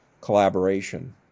collaboration